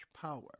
power